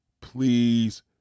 Please